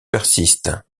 persiste